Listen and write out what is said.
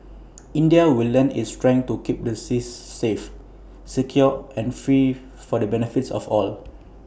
India will lend its strength to keep the seas safe secure and free for the benefit of all